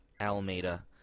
Almeida